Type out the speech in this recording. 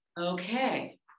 Okay